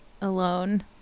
alone